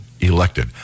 elected